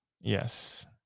Yes